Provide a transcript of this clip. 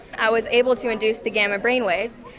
i was able to induce the gamma brainwaves,